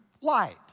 light